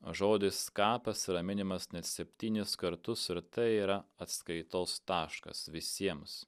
o žodis kapas yra minimas net septynis kartus ir tai yra atskaitos taškas visiems